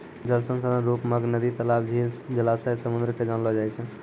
जल संसाधन रुप मग नदी, तलाब, झील, जलासय, समुन्द के जानलो जाय छै